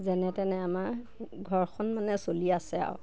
যেনে তেনে আমাৰ ঘৰখন মানে চলি আছে আৰু